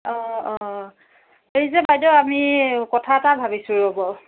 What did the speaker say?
অঁ অঁ হেৰি যে বাইদেউ আমি কথা এটা ভাবিছোঁ ৰ'ব